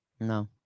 No